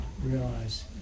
realize